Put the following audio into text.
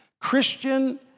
Christian